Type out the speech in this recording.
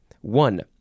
One